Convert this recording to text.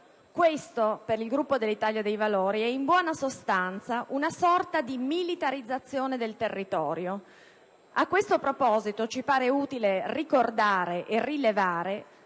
Questo per il Gruppo dell'Italia dei Valori è in buona sostanza una sorta di militarizzazione del territorio. A questo proposito ci pare utile ricordare e rilevare